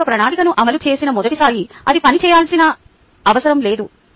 మీరు ఒక ప్రణాళికను అమలు చేసిన మొదటిసారి అది పని చేయాల్సిన అవసరం లేదు